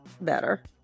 better